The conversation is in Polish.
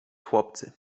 chłopcy